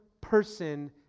person